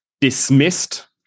dismissed